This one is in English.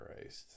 Christ